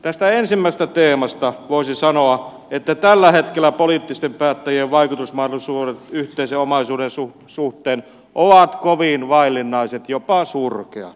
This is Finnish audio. tästä ensimmäisestä teemasta voisi sanoa että tällä hetkellä poliittisten päättäjien vaikutusmahdollisuudet yhteisen omaisuuden suhteen ovat kovin vaillinaiset jopa surkeat